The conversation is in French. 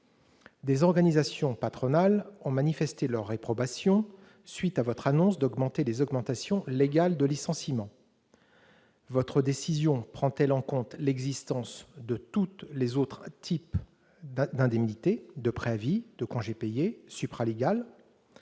des organisations patronales ont manifesté leur réprobation à la suite de votre annonce d'augmenter les indemnités légales de licenciement. Votre décision prend-elle en compte l'existence de tous les autres types d'indemnités, de préavis, de congés payés, supralégales ?